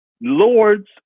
lords